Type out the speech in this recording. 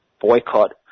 boycott